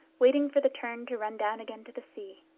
waiting for the turn to run down again to the sea.